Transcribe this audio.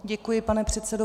Děkuji, pane předsedo.